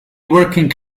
working